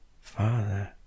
father